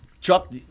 Chuck